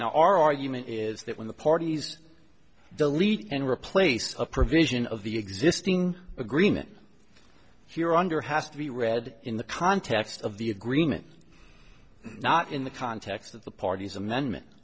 our argument is that when the parties delete and replace a provision of the existing agreement here under has to be read in the context of the agreement not in the context of the parties amendment